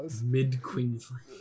Mid-Queensland